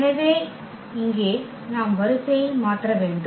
எனவே இந்த இங்கே நாம் வரிசையை மாற்ற வேண்டும்